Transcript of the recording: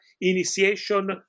initiation